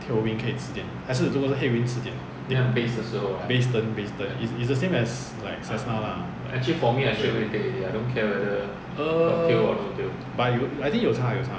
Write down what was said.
tailwind 可以迟一点还是如果是 head wind 迟一点 base turn base turn same as like just now lah err but I think 有差有差